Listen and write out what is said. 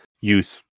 youth